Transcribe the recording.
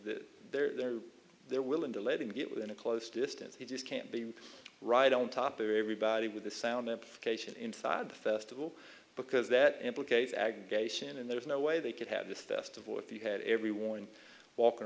that they're they're willing to let him get within a close distance he just can't be right on top of everybody with the sound of cation inside the festival because that implicates aggregation and there's no way they could have this festival if you had everyone walking